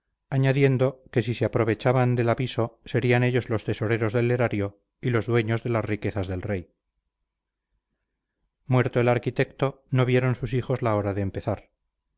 añadiendo que si se aprovechaban del aviso serían ellos los tesoreros del erario y los dueños de las riquezas del rey muerto el arquitecto no vieron sus hijos la hora de empezar